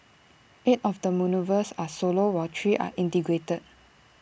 eight of the manoeuvres are solo while three are integrated